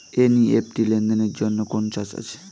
NEFT লেনদেনের জন্য কোন চার্জ আছে?